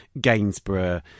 Gainsborough